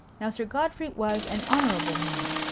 now sir godfrey was an honourable man.